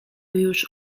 już